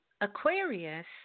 Aquarius